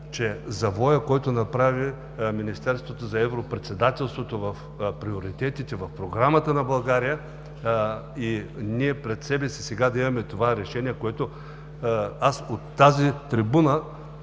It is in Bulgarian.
че завоят, който направи Министерството за европредседателството в приоритетите, в Програмата на България, и ние пред себе си сега да имаме това решение… Аз от тази трибуна